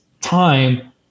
time